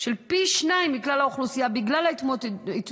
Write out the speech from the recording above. של פי שניים מבכלל האוכלוסייה בגלל ההתמודדויות,